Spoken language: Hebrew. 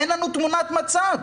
אין לנו תמונת מצב.